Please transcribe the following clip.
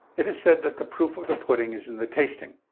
it is said that the proof of the pudding is in the tasting.